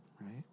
right